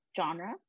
genre